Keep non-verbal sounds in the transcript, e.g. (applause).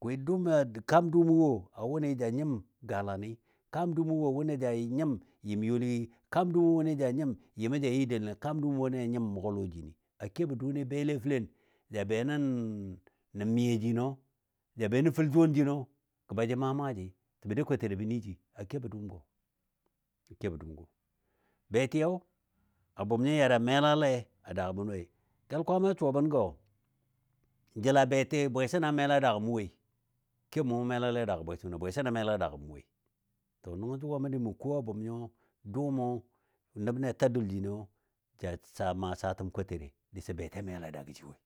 (unintelligible) kaam dʊʊmɔ wo wʊnɨ ja nyɨm galanɨ, kaam dʊʊmɔ wo wʊnɨ ja nyim yɨm youlɨgɨ, kaam dʊʊmɔ wo wʊnɨ ja nyɨm yɨmɔ ja yi delənɨ, kaam dʊʊmɔ wo wʊnɨ a nyim mʊgɔ lɔ jinɨ. A kebɔ dʊʊni belle fəlen ja be nən (hesitation) nə miya jino, ja be nən fəl jʊwan jino ga ba ja maa maaji təbə dou kotere bə ni ji a kebɔ dʊʊm gɔ, kebɔ dʊʊm gɔ. Betiyo a bʊm nyo ya da melali a daa bən woi. Kel Kwaamai a suwa bən gɔ jela beti bwesəna mela daagɔ mɔ woi, kebɔ mɔ mʊ melale a daagɔ bwesən wo, bwesən mela daagɔ mɔ wo. To nəngɔ jʊgɔ a məndi mə ko a bʊm nyo dʊʊmɔ nəbni a ta dul jino ja saa maa saatəm kotere disɔ beti mela daagɔ ji woi